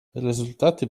rezultaty